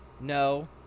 no